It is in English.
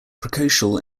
precocial